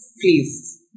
please